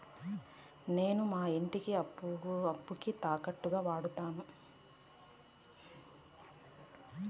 నేను నా ఇంటిని అప్పుకి తాకట్టుగా వాడాను